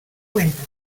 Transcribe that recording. cuenta